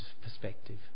perspective